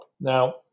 Now